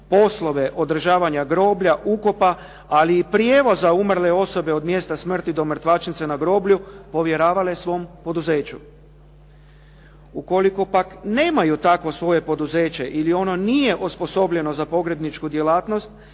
poslove održavanja groblja, ukopa ali i prijevoza umrle osobe od mjesta smrti do mrtvačnice na groblju povjeravale svome poduzeću. Ukoliko pak nemaju takvo svoje poduzeće ili ono nije osposobljeno za pogrebničku djelatnost